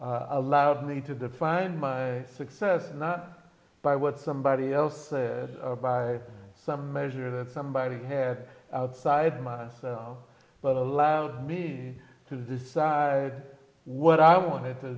that allowed me to define my success not by what somebody else said by some measure that somebody had outside myself but allowed me to decide what i wanted to